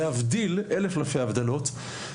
להבדיל אלף אלפי הבדלות,